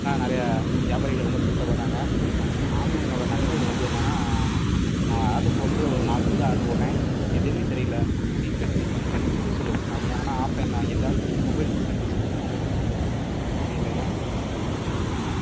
நிறைய வியாபாரிகள் ரொம்ப கஷ்டப்படுறாங்க ஆன்லைனோட நன்மைகள் வந்து என்னென்னா நான் ஆர்டர் போட்டு ஒரு நாலு செல்லு ஆர்டர் போட்டேன் எதுவுமே சரி இல்லை ரிப்ளஸ்ட்மென்ட் பண்ணி பண்ணி புது செல்லு கொடுத்தாங்கே ஆனால் ஆஃப்லைன் வாங்கியிருந்த மொபைல் சர்வீஸ் சென்ட்ரு தான் கொண்டு போய் கொடுத்துருப்போம் ஆன்லைனில் தான் ஃபீட்பேக் நெகட்டீவ்ஸ் இருக்கு